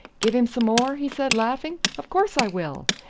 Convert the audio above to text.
give him some more? he said laughing. of course i will,